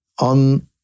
on